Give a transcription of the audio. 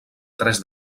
tres